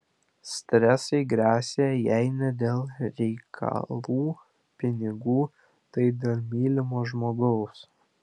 stresai gresia jei ne dėl reikalų pinigų tai dėl mylimo žmogaus